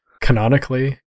Canonically